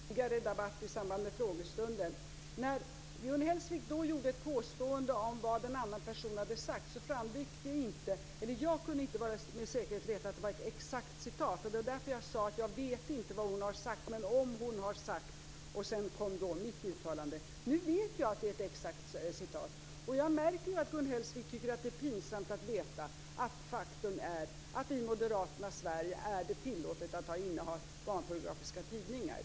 Herr talman! Jag vill återigen tala om vår tidigare debatt i samband med frågestunden. När Gun Hellsvik då gjorde ett påstående om vad en annan person hade sagt kunde jag inte med säkerhet veta att det var ett exakt citat. Det var därför jag sade att jag inte visste vad Anita Johansson hade sagt. Sedan kom mitt uttalande. Nu vet jag att det är ett exakt citat. Jag märker att Gun Hellsvik tycker att det är pinsamt att veta att det i Moderaternas Sverige är tillåtet att inneha barnpornografiska tidningar.